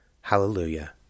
Hallelujah